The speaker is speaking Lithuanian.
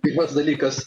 pirmas dalykas